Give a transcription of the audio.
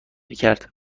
کرد